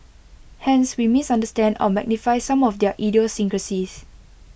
hence we misunderstand or magnify some of their idiosyncrasies